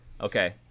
okay